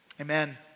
Amen